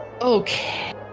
Okay